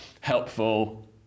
helpful